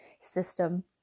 system